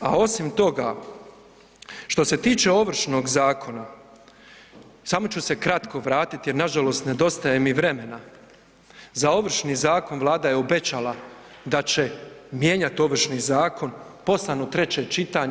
A osim toga što se tiče Ovršnog zakona, samo ću se kratko vratiti jer nažalost nedostaje mi vremena, za Ovršni zakon Vlada je obećala da će mijenjati Ovršni zakon poslan u treće čitanje.